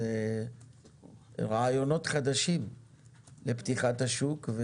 אלה רעיונות חדשים לפתיחת השוק.